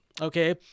okay